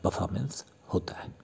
performance होता है